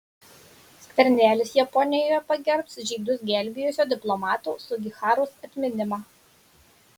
skvernelis japonijoje pagerbs žydus gelbėjusio diplomato sugiharos atminimą